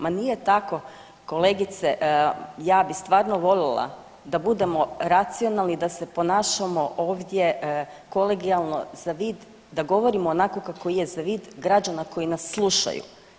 Ma nije tako, kolegice, ja bi stvarno volila da budemo racionalni i da se ponašamo ovdje kolegijalno, zavid, da govorimo onako kako je, zavid građana koji nas slušaju.